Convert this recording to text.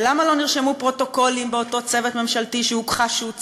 ולמה לא נרשמו פרוטוקולים באותו צוות ממשלתי שהוכחש שהוא צוות,